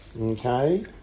Okay